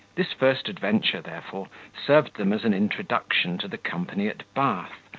this first adventure, therefore, served them as an introduction to the company at bath,